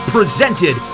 Presented